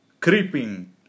creeping